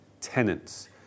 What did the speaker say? tenants